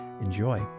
enjoy